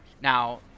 Now